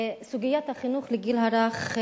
סוגיית החינוך לגיל הרך,